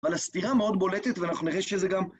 אבל הסתירה מאוד בולטת, ואנחנו נראה שזה גם.